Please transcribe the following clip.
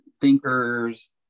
thinkers